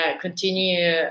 continue